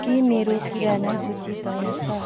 के मेरो किराना सूची तयार छ